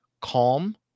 calm